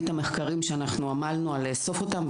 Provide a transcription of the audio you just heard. המלחמה בסרטן יביא את המחקרים שאנחנו עמלנו לאסוף אותם,